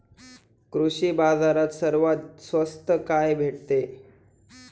कृषी बाजारात सर्वात स्वस्त काय भेटते?